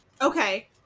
Okay